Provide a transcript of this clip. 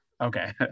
Okay